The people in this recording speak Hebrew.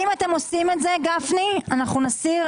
אני ממלאת מקומו.